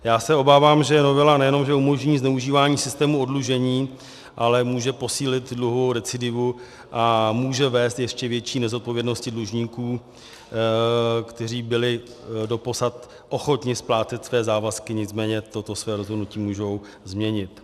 Já se obávám, že novela nejenže umožní zneužívání systému oddlužení, ale může posílit dluhovou recidivu a může vést k ještě větší nezodpovědnosti dlužníků, kteří byli dosud ochotni splácet své závazky, nicméně toto své rozhodnutí mohou změnit.